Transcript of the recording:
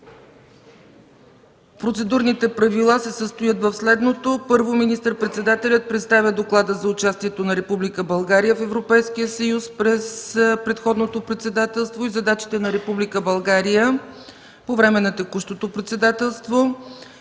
Процедурните правила се състоят в следното: първо, министър-председателят представя доклада за участието на Република България в Европейския съюз през предходното председателство и задачите на Република България по време на текущото председателство.